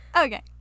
okay